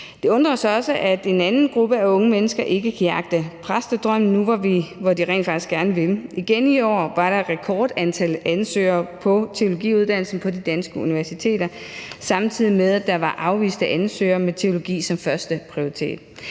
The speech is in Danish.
Det undrer os også, at en anden gruppe af unge mennesker ikke kan jagte præstedrømmen, nu hvor de rent faktisk gerne vil. Igen i år var der et rekordstort antal ansøgere på teologiuddannelsen på de danske universiteter, samtidig med at der var afviste ansøgere med teologi som førsteprioritet.